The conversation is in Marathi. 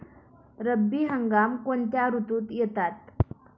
रब्बी हंगाम कोणत्या ऋतूत येतात?